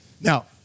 now